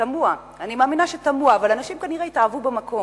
תמוה, אבל אנשים כנראה התאהבו במקום.